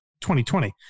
2020